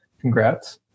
congrats